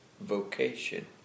vocation